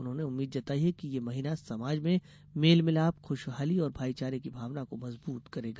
उन्होंने उम्मीद् जताई है कि ये महिना समाज में मेल मिलाप खुशहाली और भाईचारे की भावना को मजबूत करेगा